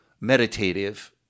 meditative